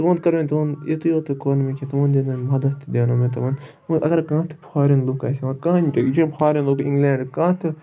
تِمَن کرے مےٚ تِمن یوتُے یوتُے کوٚر مےٚ تِمن مَدد تہِ دیانو مےٚ تمَن وۄنۍ اگرے کانٛہہ تہِ فارٮ۪ن لُکھ آسہِ یِوان کٕہٕنۍ تہِ فارٮ۪ن مُلکہٕ اِنگلینٛڈ کانٛہہ تہِ